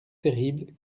terrible